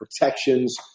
protections